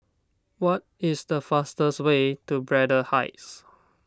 what is the fastest way to Braddell Heights